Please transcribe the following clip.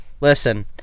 Listen